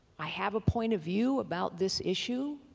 i have a point of view about this issue.